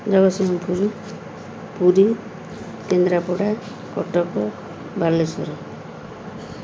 Jagatsinghpur Puri Kendrapara Cuttack Balasore